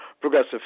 Progressive